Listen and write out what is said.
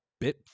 bit